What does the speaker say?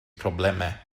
problemau